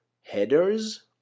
headers